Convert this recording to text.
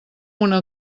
una